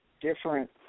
different